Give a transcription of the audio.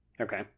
Okay